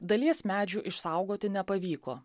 dalies medžių išsaugoti nepavyko